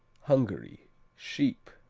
hungary sheep.